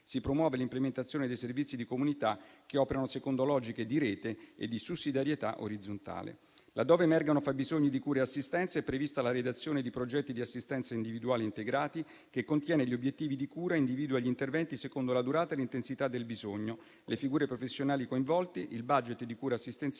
Si promuove l'implementazione dei servizi di comunità che operano secondo logiche di rete e di sussidiarietà orizzontale. Laddove emergano fabbisogni di cure e assistenza è prevista la redazione di progetti di assistenza individuale integrati che contiene gli obiettivi di cura, individua gli interventi secondo la durata e l'intensità del bisogno, le figure professionali coinvolte, il *budget* di cura assistenziale